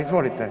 Izvolite.